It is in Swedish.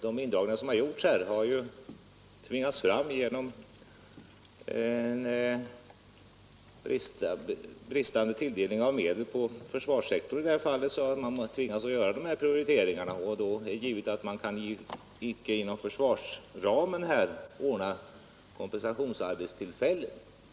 De indragningar som beslutats har tvingats fram genom bristande tilldelning av medel på försvarssektorn, i det här fallet så att man har tvingats göra dessa prioriteringar. Då är det givet att man icke inom försvarsramen kan ordna kompensationsarbetstillfällen.